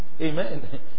Amen